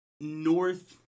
North